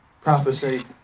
Prophecy